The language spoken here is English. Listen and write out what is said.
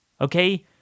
okay